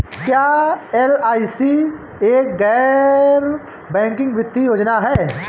क्या एल.आई.सी एक गैर बैंकिंग वित्तीय योजना है?